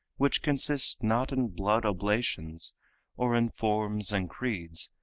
which consists not in blood-oblations or in forms and creeds,